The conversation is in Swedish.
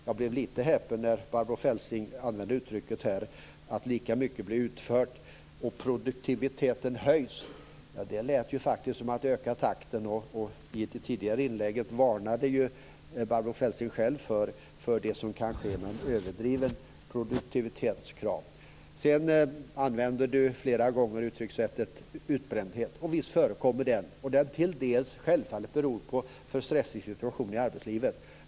Jag blev lite häpen när Barbro Feltzing använde uttrycket att lika mycket blir utfört och att produktiviteten höjs. Det lät faktiskt som om man skulle öka takten. I det tidigare inlägget varnade ju Barbro Feltzing själv för det som kan ske med överdrivna produktivitetskrav. Sedan använde Barbro Feltzing flera gånger uttrycket utbrändhet. Visst förekommer det. Det beror självfallet till dels på en för stressig situation i arbetslivet.